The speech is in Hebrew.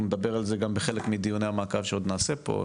אנחנו נדבר על זה גם בחלק מדיוני המעקב שעוד נעשה פה,